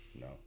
No